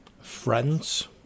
friends